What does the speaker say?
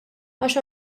għaliex